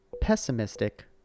pessimistic